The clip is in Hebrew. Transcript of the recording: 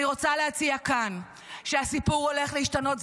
אני רוצה להציע כאן שהסיפור הולך להשתנות.